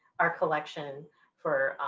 our collection for.